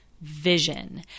vision